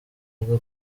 rwo